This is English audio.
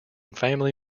family